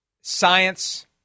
science